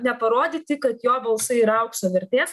neparodyti kad jo balsai yra aukso vertės